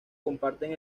comparten